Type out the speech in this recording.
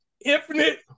infinite